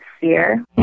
Fear